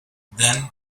then